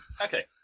Okay